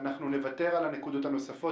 נוותר על הנקודות הנוספות,